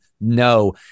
No